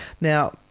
Now